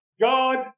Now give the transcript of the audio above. God